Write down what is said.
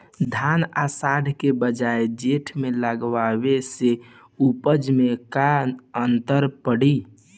धान आषाढ़ के बजाय जेठ में लगावले से उपज में का अन्तर पड़ी?